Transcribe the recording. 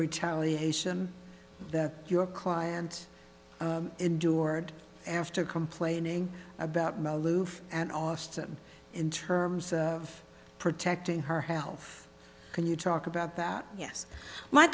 retaliation that your client endured after complaining about maloof and austin in terms of protecting her health can you talk about that yes my